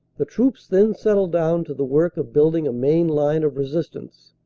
the troops then settled down to the work of building a main line of resistance.